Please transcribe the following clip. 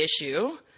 issue